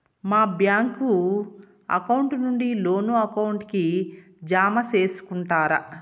మా bank account నుండి loan account కి జామ సేసుకుంటారా?